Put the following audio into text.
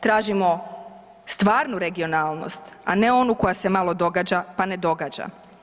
Tražimo stvarnu regionalnost, a ne onu koja se malo događa, pa ne događa.